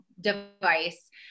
device